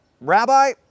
Rabbi